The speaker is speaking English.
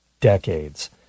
decades